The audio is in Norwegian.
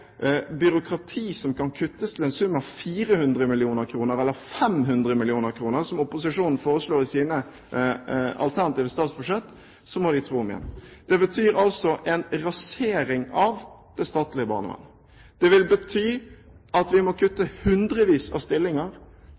byråkrati som kan kuttes til en sum av 400 mill. kr eller 500 mill. kr, som opposisjonen foreslår i sine alternative statsbudsjett, må de tro om igjen. Det betyr altså en rasering av det statlige barnevernet. Det vil bety at vi må kutte hundrevis av stillinger,